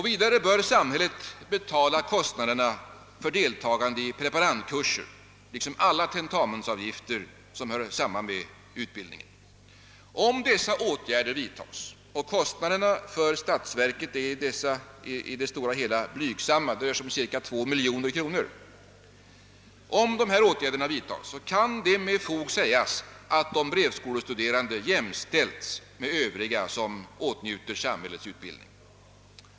Vidare bör samhället betala kostnaderna för deltagande i preparandkurser liksom alla tentamensavgifter som hör samman med utbildningen. Om dessa åtgärder vidtas — och kostnaderna för statsverket är i det stora hela blygsamma, cirka 2 miljoner kronor — kan det med fog sägas, att de brevskolestuderande jämställts med övriga som åtnjuter samhällets utbildning.